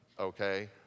okay